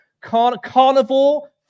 Carnivore